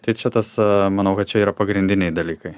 tai čia tas manau kad čia yra pagrindiniai dalykai